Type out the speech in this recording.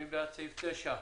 מי בעד סעיף 9?